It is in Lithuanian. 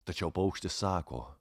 tačiau paukštis sako